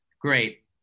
Great